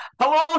Hello